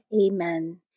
Amen